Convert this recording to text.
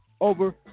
over